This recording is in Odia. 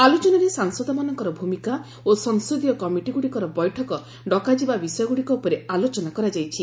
ଆଲୋଚନାରେ ସାଂସଦମାନଙ୍କର ଭୂମିକା ଓ ସଂସଦୀୟ କମିଟିଗୁଡ଼ିକର ବୈଠକ ଡକାଯିବା ବିଷୟଗୁଡ଼ିକ ଉପରେ ଆଲୋଚନା କରାଯାଇଛି